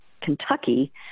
Kentucky